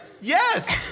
Yes